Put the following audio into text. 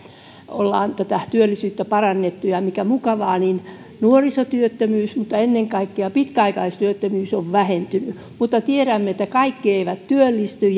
ollaan tätä työllisyyttä parannettu ja mikä mukavaa nuorisotyöttömyys ja ennen kaikkea pitkäaikaistyöttömyys ovat vähentyneet mutta tiedämme että kaikki eivät työllisty